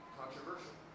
controversial